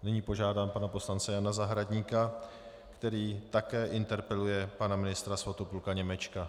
Nyní požádám pana poslance Jana Zahradníka, který také interpeluje pana ministra Svatopluka Němečka.